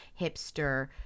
hipster